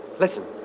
Listen